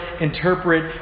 interpret